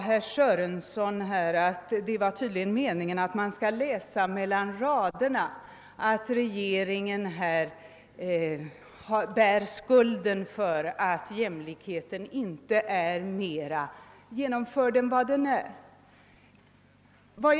Herr Sörenson sade att det tydligen är meningen, att man skall läsa mellan raderna, att regeringen bär skulden för att jämlikheten inte genomförts i större utsträckning.